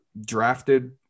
drafted